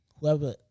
whoever